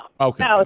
Okay